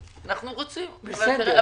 בסדר.